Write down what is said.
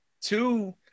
Two